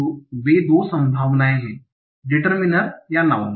तो वे 2 संभावनाएं हैं डिटरमिनर या नाउँन